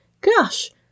Gosh